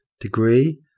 Degree